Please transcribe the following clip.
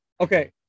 Okay